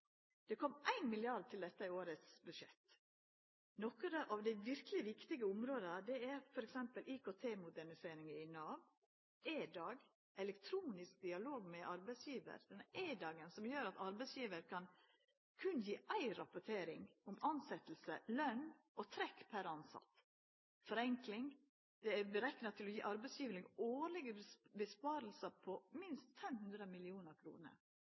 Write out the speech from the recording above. så kom det 1 mrd. kr til dette i årets budsjett. Nokre av dei verkeleg viktige områda er f.eks. IKT-modernisering i Nav, EDAG – Elektronisk dialog med arbeidsgivar. EDAG gjer at arbeidsgivar berre gjev éin rapportering om tilsetting, lønn og trekk per tilsett. Forenklinga er berekna til å gje arbeidsgivarar årlege innsparingar på minst 500